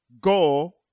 go